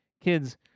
Kids